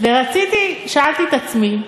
שאלתי את עצמי,